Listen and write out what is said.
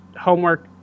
homework